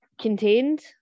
contained